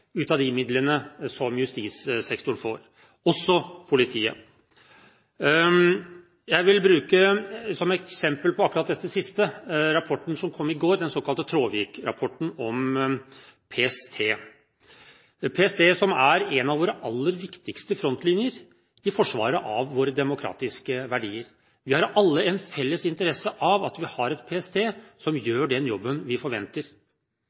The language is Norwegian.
ut av de midlene justissektoren får, også politiet. Som et eksempel på akkurat dette siste vil jeg bruke Traavik-rapporten som kom i går, om PST, som er en av våre aller viktigste frontlinjer i forsvaret av våre demokratiske verdier. Vi har alle en felles interesse av at vi har et PST som gjør den jobben vi forventer.